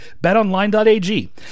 BetOnline.ag